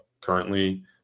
currently